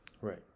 Right